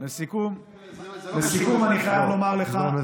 הפסקות חשמל זה משהו אחר לגמרי.